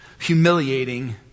humiliating